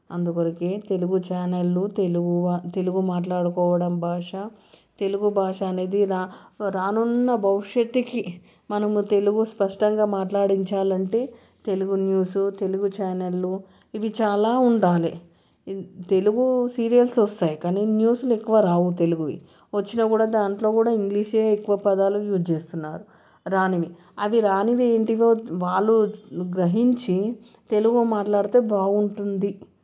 అందుకొరకే తెలుగు ఛానల్లు తెలుగు తెలుగు మాట్లాడుకోవడం భాష తెలుగు భాష అనేది రా రానున్న భవిష్యత్తుకి మనము తెలుగు స్పష్టంగా మాట్లాడించాలి అంటే తెలుగు న్యూస్ తెలుగు ఛానల్లు ఇవి చాలా ఉండాలి తెలుగు సీరియల్స్ వస్తాయి కానీ న్యూస్లు ఎక్కువ రావు తెలుగువి వచ్చినా కూడా దాంట్లో కూడా ఇంగ్లీషే ఎక్కువ పదాలు యూస్ చేస్తున్నారు రానివి అవి రానివి ఏంటివో వాళ్ళు గ్రహించి తెలుగు మాట్లాడితే బాగుంటుంది